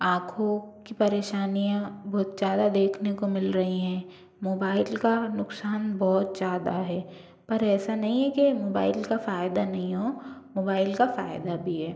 आँखों की परेशानियाँ बहुत ज़्यादा देखने को मिल रहीं हैं मोबाइल का नुक़सान बहुत ज़्यादा है पर ऐसा नहीं है कि मोबाइल का फ़ायदा नहीं हो मोबाइल का फ़ायदा भी है